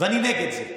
ואני נגד זה.